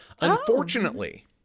Unfortunately